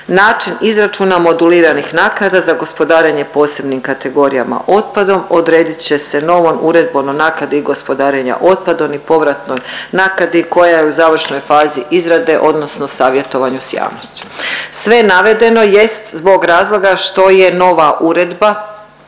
Način izračuna moduliranih naknada za gospodarenje posebnim kategorijama otpadom odredit će se novom uredbom o naknadi gospodarenja otpadom i povratnoj naknadi koja je u završnoj fazi izrade odnosno savjetovanju s javnošću. Sve navedeno jest zbog razloga što je nova uredba